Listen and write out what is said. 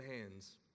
hands